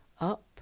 up